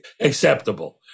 acceptable